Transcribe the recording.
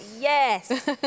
Yes